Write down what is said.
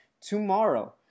tomorrow